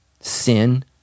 Sin